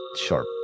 sharp